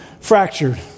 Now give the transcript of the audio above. fractured